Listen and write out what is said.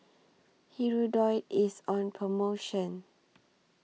Hirudoid IS on promotion